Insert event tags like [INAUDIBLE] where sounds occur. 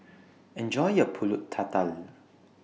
[NOISE] Enjoy your Pulut Tatal